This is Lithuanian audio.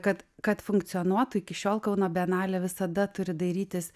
kad kad funkcionuotų iki šiol kauno bienalė visada turi dairytis